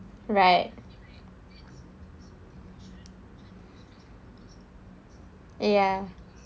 right ya